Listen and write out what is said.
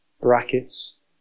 brackets